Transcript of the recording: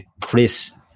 Chris